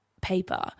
paper